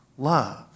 Love